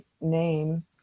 name